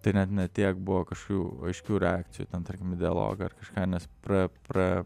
tai net ne tiek buvo kažkokių aiškių reakcijų ten tarkim dialogą ar kažką nes pra pra